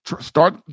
start